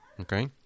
okay